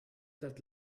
that